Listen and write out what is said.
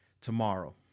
tomorrow